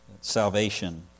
salvation